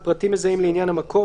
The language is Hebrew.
(1) פרטים מזהים לעניין המקום,